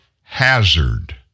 hazard